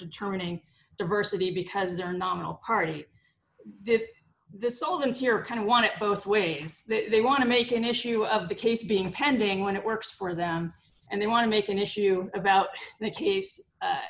determining diversity because their nominal party did this all and here kind of want it both ways they want to make an issue of the case being pending when it works for them and they want to make an issue about the